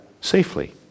safely